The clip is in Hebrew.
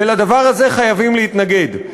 ולדבר הזה חייבים להתנגד.